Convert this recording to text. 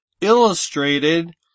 illustrated